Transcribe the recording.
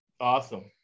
Awesome